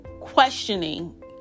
questioning